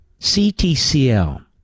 CTCL